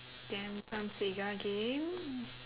then some sega games